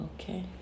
okay